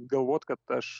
galvoti kad aš